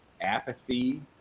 apathy